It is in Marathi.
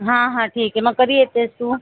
हां हां ठीक आहे मग कधी येतेस तू